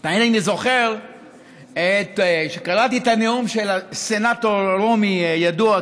אני זוכר שקראתי את הנאום של הסנטור הרומי הידוע קיקרו,